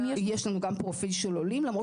יש לנו גם פרופיל של עולים, למרות